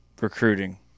Recruiting